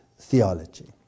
theology